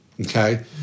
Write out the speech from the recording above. Okay